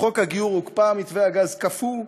חוק הגיור הוקפא, מתווה הגז קפוא,